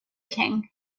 king